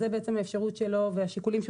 אז זאת בעצם האפשרות שלו והשיקולים שהוא